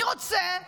מי רוצה לממן,